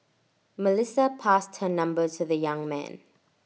Melissa passed her number to the young man